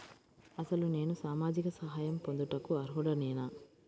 అసలు నేను సామాజిక సహాయం పొందుటకు అర్హుడనేన?